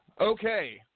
Okay